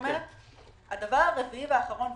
הדבר הרביעי והאחרון,